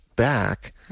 back